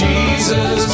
Jesus